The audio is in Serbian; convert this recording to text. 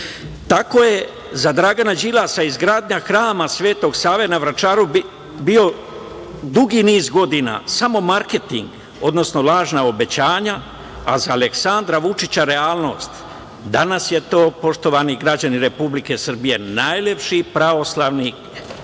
je za Dragana Đilasa izgradnja Hrama Svetog Save na Vračaru bilo dugi niz godina samo marketing, odnosno lažna obećanja, a za Aleksandra Vučića realnost. Danas je to poštovani građani Republike Srbije najlepši pravoslavni hram